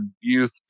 youth